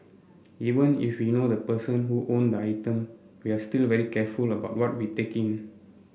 even if we know the person who owned the item we're still very careful about what we take in